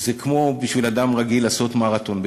זה כמו בשביל אדם רגיל לעשות מרתון בערך.